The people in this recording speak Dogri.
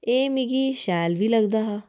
एह् मिगी शैल बी लगदा हा